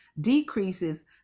decreases